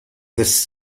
this